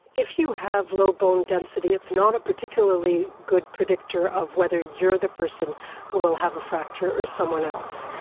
if you have low bone density it's not a particularly good predictor of whether you are the person who will have a fracture or someone else.